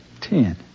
Ten